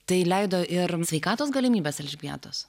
tai leido ir sveikatos galimybės elžbietos